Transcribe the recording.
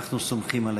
אנחנו סומכים עליך.